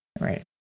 Right